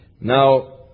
Now